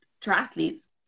triathletes